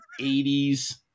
80's